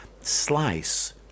slice